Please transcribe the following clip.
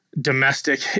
domestic